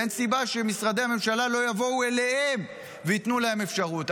אין סיבה שמשרדי הממשלה לא יבואו אליהם וייתנו להם אפשרויות.